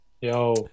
Yo